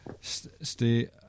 Stay